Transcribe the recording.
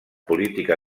política